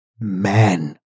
man